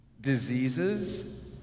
diseases